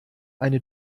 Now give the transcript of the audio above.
eine